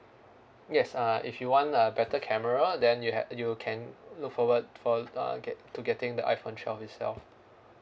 yes uh if you want a better camera then you had you can look forward for uh get to getting the iPhone twelve itself